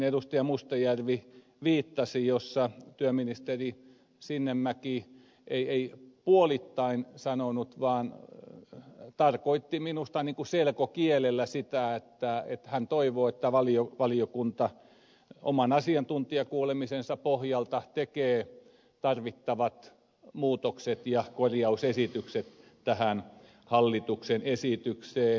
mustajärvi viittasi jossa työministeri sinnemäki ei puolittain sanonut vaan tarkoitti minusta niin kuin selkokielellä sitä että hän toivoo että valiokunta oman asiantuntijakuulemisensa pohjalta tekee tarvittavat muutokset ja korjausesitykset tähän hallituksen esitykseen